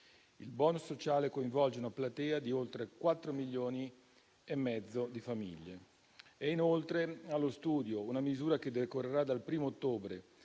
Il *bonus* sociale coinvolge una platea di oltre 4,5 milioni di famiglie. È inoltre allo studio una misura che decorrerà dal 1° ottobre,